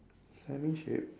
semi shape